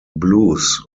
blues